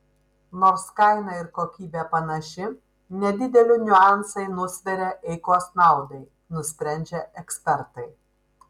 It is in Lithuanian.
nors kaina ir kokybė panaši nedideli niuansai nusveria eikos naudai nusprendžia ekspertai